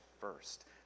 first